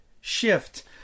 shift